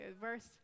Verse